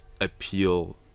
appeal